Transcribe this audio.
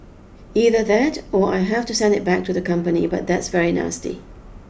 either that or I have to send it back to the company but that's very nasty